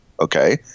okay